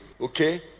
Okay